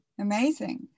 Amazing